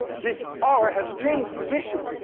this r has changed position,